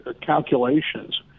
calculations